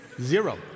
Zero